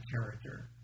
character